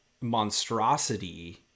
monstrosity